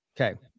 Okay